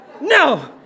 No